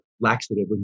laxative